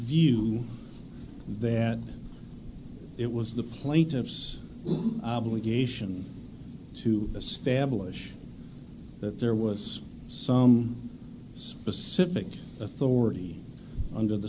view that it was the plaintiff's obligation to establish that there was some specific authority under the